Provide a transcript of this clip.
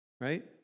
right